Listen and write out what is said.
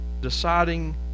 deciding